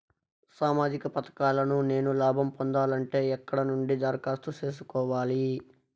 సామాజిక పథకాలను నేను లాభం పొందాలంటే ఎక్కడ నుంచి దరఖాస్తు సేసుకోవాలి?